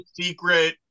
secret